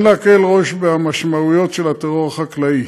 אין להקל ראש במשמעויות של הטרור החקלאי.